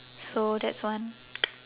so that's one